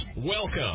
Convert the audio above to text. Welcome